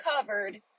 covered